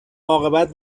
عاقبت